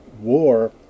war